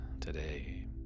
today